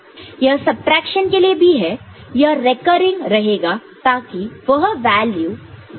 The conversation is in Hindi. यह सबट्रैक्शन के लिए भी है यह रीकर्इंग रहेगा ताकि यह वैल्यू 1 रहे